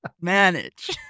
manage